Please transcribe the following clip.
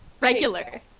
regular